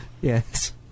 Yes